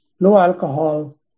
low-alcohol